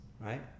right